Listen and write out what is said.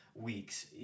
weeks